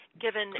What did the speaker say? Given